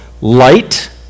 Light